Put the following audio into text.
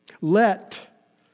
Let